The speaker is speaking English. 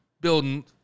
building